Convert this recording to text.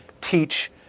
teach